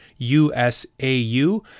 USAU